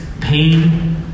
pain